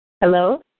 Hello